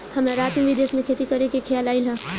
हमरा रात में विदेश में खेती करे के खेआल आइल ह